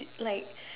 like